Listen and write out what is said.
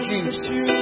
Jesus